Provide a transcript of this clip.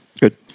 good